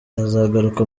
azagaruka